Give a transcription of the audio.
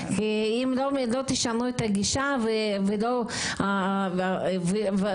עושים, ואבחונים במיוחד.